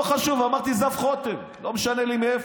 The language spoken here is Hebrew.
לא חשוב, אמרתי זב חוטם, לא משנה מאיפה.